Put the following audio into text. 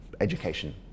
education